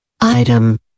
Item